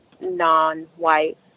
non-white